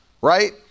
right